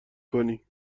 کنی